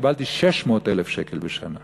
קיבלתי 600,000 שקל בשנה